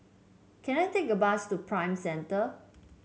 can I take a bus to Prime Centre